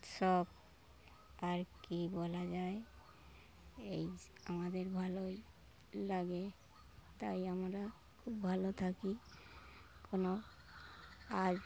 সব আর কী বলা যায় এই আমাদের ভালোই লাগে তাই আমরা খুব ভালো থাকি কোনো আর